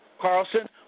Carlson